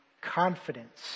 confidence